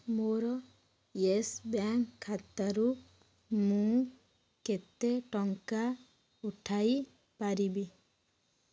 ମୋର Yes Bank ଖାତାରୁ ମୁଁ କେତେ ଟଙ୍କା ଉଠାଇ ପାରିବି